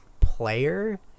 player